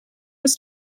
was